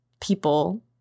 people